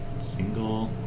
single